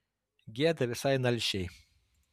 gėda visai nalšiai